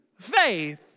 faith